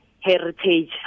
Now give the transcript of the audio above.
heritage